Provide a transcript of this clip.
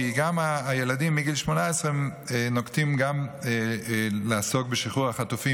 כי הילדים מגיל 18 נוטים גם לעסוק בשחרור החטופים,